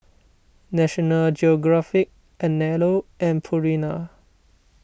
National Geographic Anello and Purina